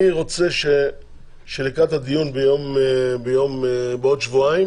אני רוצה שלקראת הדיון בעוד שבועיים